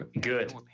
Good